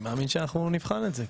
מאמין שאנחנו נבחן את זה.